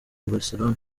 barcelona